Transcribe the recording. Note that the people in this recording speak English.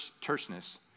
terseness